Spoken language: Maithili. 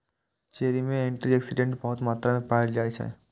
चेरी मे एंटी आक्सिडेंट बहुत मात्रा मे पाएल जाइ छै